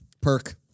Perk